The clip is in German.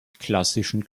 klassischen